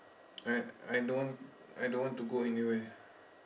I I don't want I don't want to go anywhere